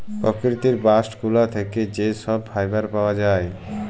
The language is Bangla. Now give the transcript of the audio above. পকিতির বাস্ট গুলা থ্যাকে যা ছব ফাইবার পাউয়া যায়